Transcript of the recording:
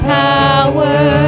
power